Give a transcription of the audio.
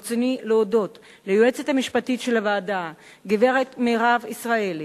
ברצוני להודות ליועצת המשפטית של הוועדה הגברת מירב ישראלי,